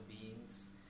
beings